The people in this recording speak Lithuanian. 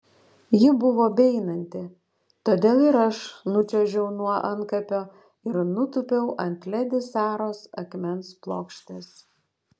ji buvo beeinanti todėl ir aš nučiuožiau nuo antkapio ir nutūpiau ant ledi saros akmens plokštės